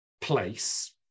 place